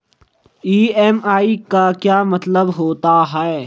EMI का क्या मतलब होता है?